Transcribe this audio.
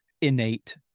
innate